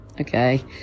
Okay